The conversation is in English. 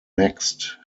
next